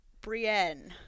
Brienne